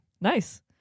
Nice